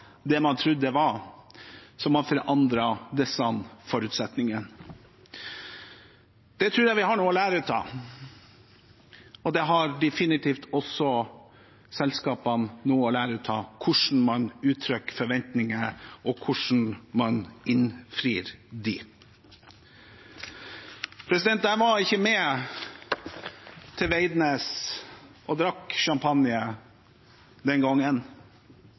det man trodde, noe som har forandret disse forutsetningene. Det tror jeg vi har noe å lære av, og det har definitivt også selskapene noe å lære av – hvordan man uttrykker forventninger, og hvordan man innfrir dem. Jeg var ikke med til Veidnes og drakk champagne den gangen,